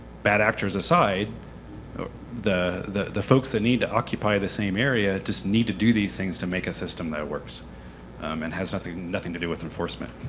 bad actors aside the the folks that need to occupy the same area just need to do these things to make a system that works and has nothing nothing to do with enforcement.